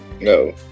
no